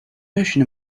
notion